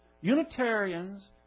Unitarians